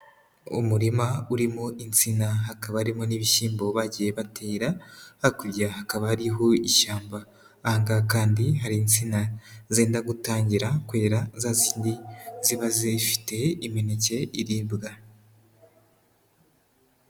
Umurima urimo insina hakaba harimo n'ibishyimbo bagiye batera, hakurya hakaba hariho ishyamba, ahangaha kandi hari insina zenda gutangira kwera za zindi ziba zifite imineke iribwa.